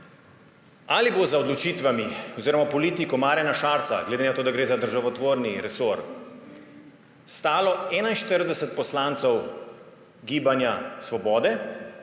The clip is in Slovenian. ali bo za odločitvami oziroma politiko Marjana Šarca glede na to, da gre za državotvorni resor, stalo 41 poslancev Gibanja Svobode,